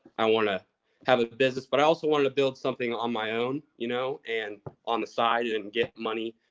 i wanna have a business, but i also wanna build something on my own, you know and on the side, and get money.